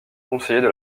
conseiller